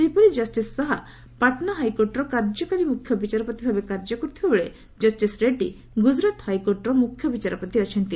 ସେହିପରି ଜଷ୍ଟିସ୍ ଶାହ ପାଟନା ହାଇକୋର୍ଟର କାର୍ଯ୍ୟକାରୀ ମୁଖ୍ୟ ବିଚାରପତି ଭାବେ କାର୍ଯ୍ୟ କରୁଥିବାବେଳେ ଜଷ୍ଟିସ୍ ରେଡ୍ରୀ ଗୁଜରାଟ ହାଇକୋର୍ଟର ମୁଖ୍ୟ ବିଚାରପତି ଅଛନ୍ତି